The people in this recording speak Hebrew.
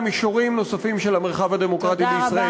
מישורים נוספים של המרחב הדמוקרטי בישראל,